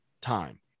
time